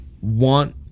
want